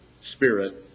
spirit